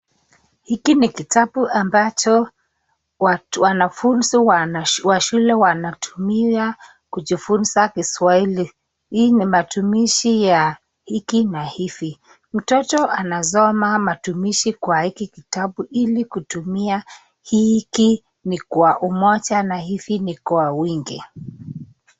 Hiki ni kitabu ambacho wanafunzi wa shule wanatumia kujifunza Kiswahili. Hii ni matumizi ya hiki na hivi. Mtoto anasoma matumizi kwa hiki kitabu ili kutumia hiki ni kwa umoja na hivi ni kwa wingi.